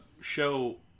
show